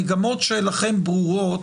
המגמות שלכם ברורות.